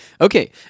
Okay